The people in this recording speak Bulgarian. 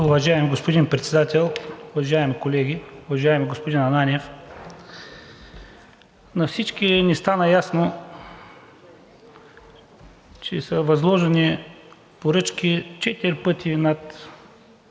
Уважаеми господин Председател, уважаеми колеги! Уважаеми господин Ананиев, на всички ни стана ясно, че са възложени поръчки четири пъти над